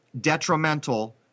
detrimental